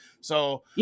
So-